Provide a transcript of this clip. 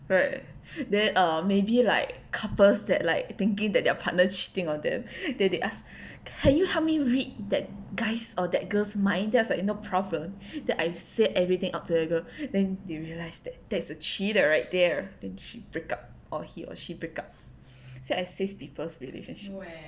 right then uh maybe like couples that like thinking that their partner cheating on them then they ask can you help me read that guys or that girls mind then I was like no problem then I say everything up to the girl then they realise that's a cheater right there then she break up or he or she break up see I save people relationship